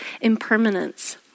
impermanence